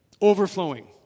overflowing